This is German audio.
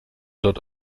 dort